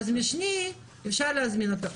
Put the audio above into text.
אז משני, אפשר להזמין אותו.